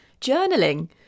journaling